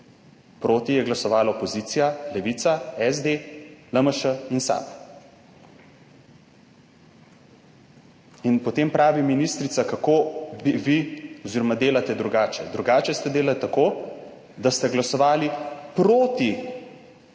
Proti je glasovala opozicija – Levica, SD, LMŠ in SAB. Potem pravi ministrica, kako vi delate drugače. Drugače ste delali tako, da ste glasovali proti